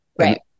Right